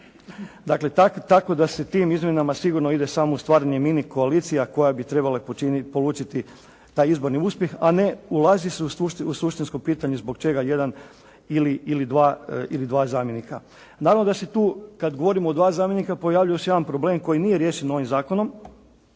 Dakle tako da se tim izmjenama sigurno ide samo u stvaranje mini koalicija koje bi trebale polučiti taj izborni uspjeh, a ne ulazi se u suštinsko pitanje zbog čega jedan ili dva zamjenika. Naravno da se tu kada govorimo o dva zamjenika, pojavljuje se jedan problem koji nije riješen ovim zakonom.